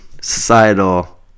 societal